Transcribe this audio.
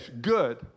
good